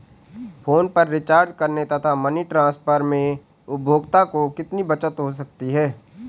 Phone पर recharge करने तथा मनी ट्रांसफर में उपभोक्ता को कितनी बचत हो सकती है?